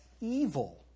evil